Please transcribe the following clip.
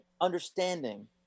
understanding